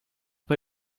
bei